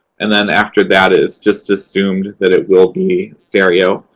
and then after that, it's just assumed that it will be stereo.